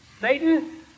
Satan